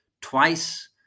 twice